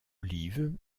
olive